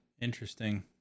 Interesting